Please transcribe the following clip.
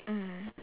mm